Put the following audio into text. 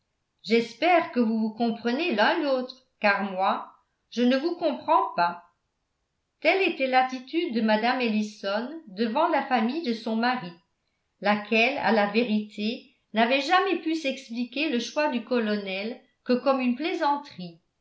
j'espère que vous vous comprenez l'un l'autre car moi je ne vous comprends pas telle était l'attitude de mme ellison devant la famille de son mari laquelle à la vérité n'avait jamais pu s'expliquer le choix du colonel que comme une plaisanterie